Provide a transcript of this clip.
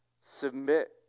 Submit